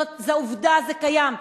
זו עובדה, זה קיים.